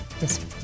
Yes